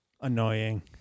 annoying